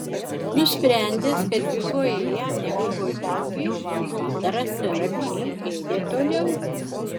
nusprendęs kad dvikojai jam nepavojingi padaras ramiai ėdė toliau